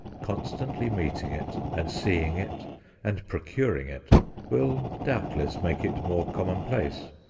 constantly meeting it and seeing it and procuring it will doubtless make it more commonplace.